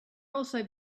also